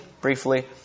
briefly